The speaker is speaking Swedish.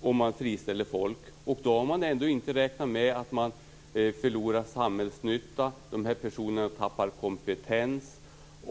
om man friställer folk. Då har man ändå inte räknat med att man förlorar samhällsnytta och att de här personerna tappar kompetens.